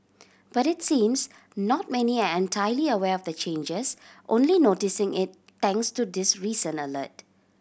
but it seems not many are entirely aware of the changes only noticing it thanks to this recent alert